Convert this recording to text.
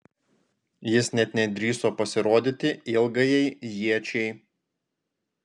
jis net nedrįso pasirodyti ilgajai iečiai